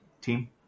team